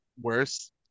worse